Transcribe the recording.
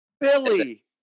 Billy